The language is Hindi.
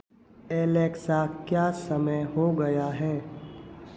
एलेक्सा क्या समय हो गया है